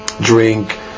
drink